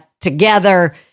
together